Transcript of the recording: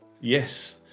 Yes